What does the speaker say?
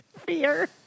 fear